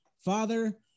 father